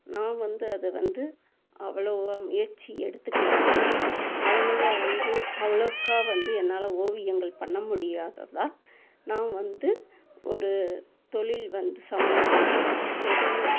நான் வந்து அதை வந்து அவ்வளோவா முயற்சி எடுத்துக்கலைங்க அதனால் வந்து அவ்வளோக்கா வந்து என்னால் ஓவியங்கள் பண்ண முடியாததால் நான் வந்து ஒரு தொழில் வந் இது சம்மந்தமாக ஏதோ ஒன்று